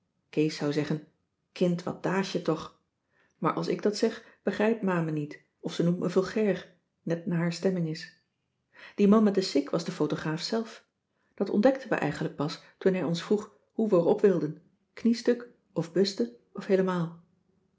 kees zou zeggen kind wat daas je toch maar als ik dat zeg begrijpt ma me niet of ze noemt me vulgair net naar haar stemming is die man met de sik was de photograaf zelf dat ontdekten we eigenlijk pas toen hij ons vroeg hoe we er op wilden kniestuk of buste of heelemaal